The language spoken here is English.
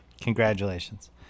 congratulations